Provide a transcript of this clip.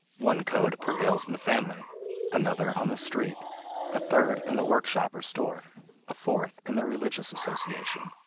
one code prevails in the family another, on the street a third, in the workshop or store a fourth, in the religious association.